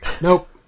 Nope